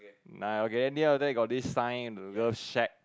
nine okay in the end there got this sign the shack